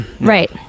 right